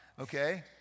Okay